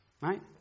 Right